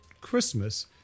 Christmas